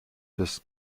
des